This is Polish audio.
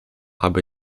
aby